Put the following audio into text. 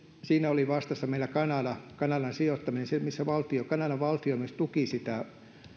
siinä oli meillä vastassa kanadaan sijoittaminen kanadan valtio myös tuki rahallisesti sitä